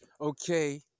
okay